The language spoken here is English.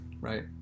Right